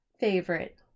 favorite